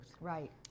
Right